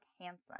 Hansen